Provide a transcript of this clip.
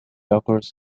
occurs